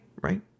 Right